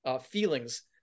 feelings